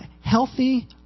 healthy